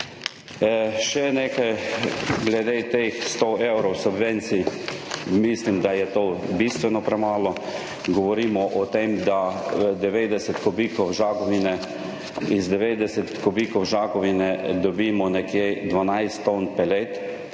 Še nekaj glede teh sto evrov subvencij. Mislim, da je to bistveno premalo. Govorimo o tem, da 90 kubikov žagovine, iz 90 kubikov žagovine dobimo nekje 12 ton pelet,